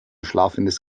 schlafendes